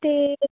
ਅਤੇ